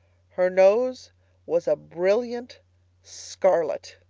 her nose was a brilliant scarlet!